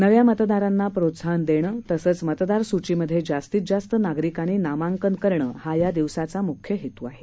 नव्यामतदारांनाप्रोत्साहननदेंणतसंचमतदारसूचीमध्येजास्तीतजास्तनागरिकांनीनामांकनकरंहायादिवसाचामुख्यहेतूआहे